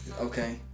okay